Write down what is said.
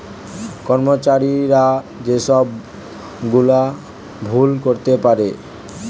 কর্মচারীরা যে সব গুলা ভুল করতে পারে